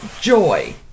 joy